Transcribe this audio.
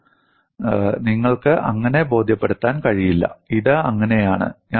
നോക്കൂ നിങ്ങൾക്ക് അങ്ങനെ ബോധ്യപ്പെടുത്താൻ കഴിയില്ല ഇത് അങ്ങനെയാണ്